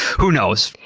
who knows?